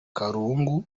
karungu